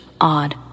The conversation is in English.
odd